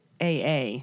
AA